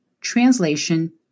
translation